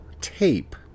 tape